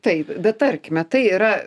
taip bet tarkime tai yra